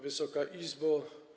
Wysoka Izbo!